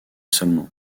seulement